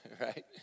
right